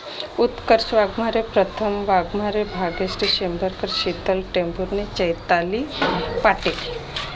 Utkarsh Waghmare Pratham Waghmare Bhagyashree Shambarkar Sheetal Tembhurne Chaitali Pate